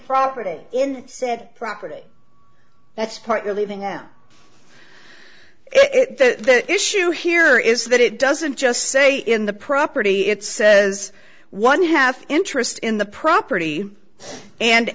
property in said property that's partly leaving out it the issue here is that it doesn't just say in the property it says one have interest in the property and